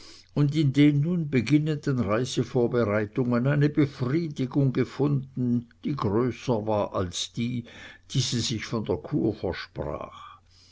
und in den nun beginnenden reisevorbereitungen eine befriedigung gefunden die größer war als die die sie sich von der kur versprach